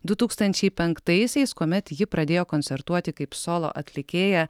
du tūkstančiai penktaisiais kuomet ji pradėjo koncertuoti kaip solo atlikėja